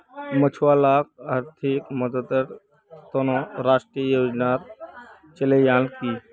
मछुवारॉक आर्थिक मददेर त न राष्ट्रीय योजना चलैयाल की